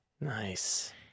Nice